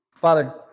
Father